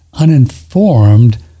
uninformed